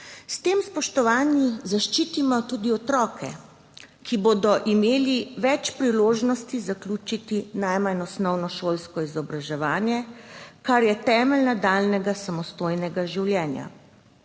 S tem, spoštovani, zaščitimo tudi otroke, ki bodo imeli več priložnosti zaključiti najmanj osnovnošolsko izobraževanje, kar je temelj nadaljnjega samostojnega življenja.